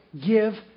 give